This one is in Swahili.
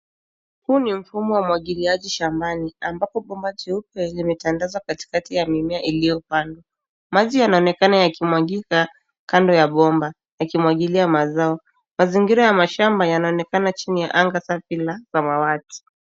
Huu ni mfumo wa mwagiliaji shambani ambapo bomba jeupe limetandazwa katikati ya mimea iliyopandwa. Maji yanaonekana yakimwagika kando ya bomba yakimwagilia mazao. Mazingira ya mashamba yanaonekana chini ya anga safi ya samawati.